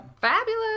Fabulous